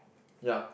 ya